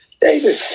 David